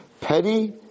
petty